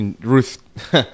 Ruth